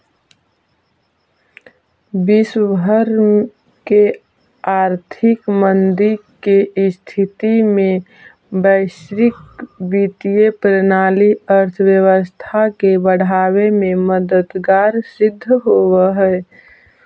विश्व भर के आर्थिक मंदी के स्थिति में वैश्विक वित्तीय प्रणाली अर्थव्यवस्था के बढ़ावे में मददगार सिद्ध होवऽ हई